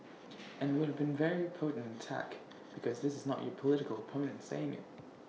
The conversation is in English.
and IT would have been very potent attack because this is not your political opponent saying IT